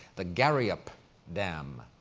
the gariep dam,